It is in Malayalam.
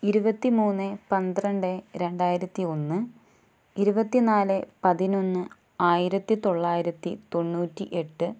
ഇരുപത്തി മൂന്ന് പന്ത്രണ്ട് രണ്ടായിരത്തി ഒന്ന് ഇരുപത്തി നാല് പതിനൊന്ന് ആയിരത്തി തൊള്ളായിരത്തി തൊണ്ണൂറ്റി എട്ട്